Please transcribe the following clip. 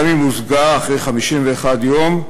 גם אם הושגה אחרי 51 יום,